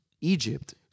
Egypt